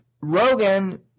Rogan